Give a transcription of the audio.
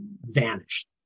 vanished